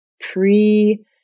pre